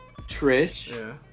Trish